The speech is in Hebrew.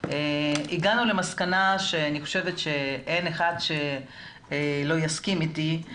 והגענו למסקנה שאני חושבת שאין אחד שלא יסכים אתי והיא